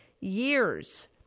years